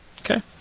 Okay